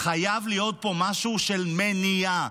חייב להיות פה משהו של מניעה,